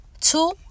Two